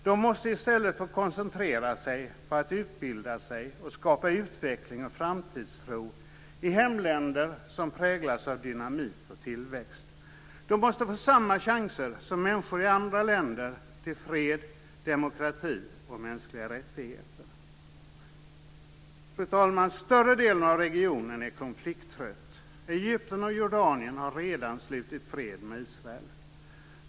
De måste i stället få koncentrera sig på att utbilda sig och skapa utveckling och framtidstro i hemländer som präglas av dynamik och tillväxt. De måste få samma chanser som människor i andra länder till fred, demokrati och mänskliga rättigheter. Fru talman! Större delen av regionen är konflikttrött. Egypten och Jordanien har redan slutit fred med Israel.